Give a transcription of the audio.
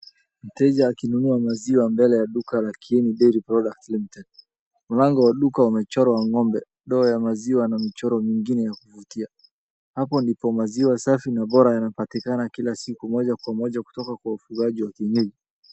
Mteja akinunua maziwa mbele ya duka la Kieni [ cs]Dairy Products Ltd , mlango wa duka umechorwa ng'ombe, ndoo ya maziwa na michoro mingine ya kuvutia. Hapo ndipo maziwa safi na bora yanapatikana kila siku moja kwa moja kutoka kwa ufugaji wa kienyeji.